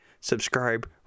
Subscribe